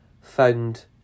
Found